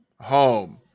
home